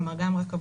כלומר גם רכבות,